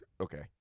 Okay